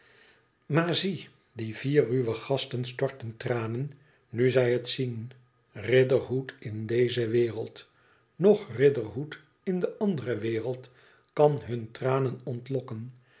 maar zie die vier ruwe gasten storten tranen nu zij het zien riderhood in deze wereld noch riderhood in de andere wereld kan hun tranen ontlokken